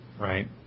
Right